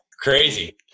crazy